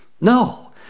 No